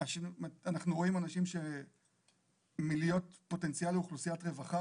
אנחנו רואים אנשים שמלהיות פוטנציאל לאוכלוסיית רווחה,